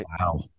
Wow